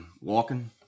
Walking